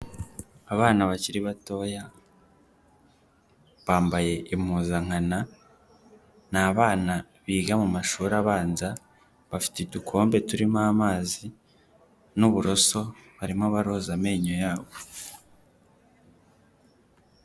Abana bakiri batoya bambaye impuzankana ni abana biga mu mashuri abanza bafite udukombe turimo amazi n'uburoso barimo baroza amenyo yabo.